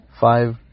five